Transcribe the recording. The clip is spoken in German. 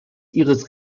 ihres